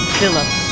Phillips